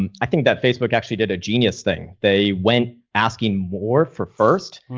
um i think that facebook actually did a genius thing. they went asking more for first.